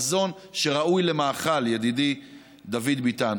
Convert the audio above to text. זה מזון שראוי למאכל, ידידי דוד ביטן.